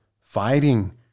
fighting